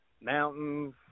mountains